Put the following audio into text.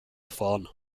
erfahren